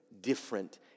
different